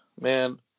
Man